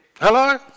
Hello